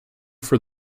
for